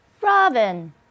Robin